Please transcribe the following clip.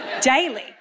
daily